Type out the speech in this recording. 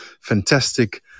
fantastic